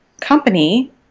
company